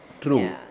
True